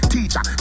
Teacher